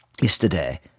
yesterday